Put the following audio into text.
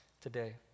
today